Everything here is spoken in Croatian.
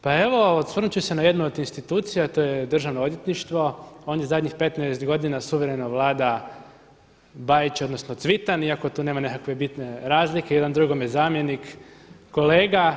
Pa evo osvrnuti ću se na jednu od institucija a to je Državno odvjetništvo, onih zadnjih 15 godina suvereno vlada Bajić odnosno Cvitan iako tu nema nikakve bitne razlike, jedan drugome zamjenik, kolega.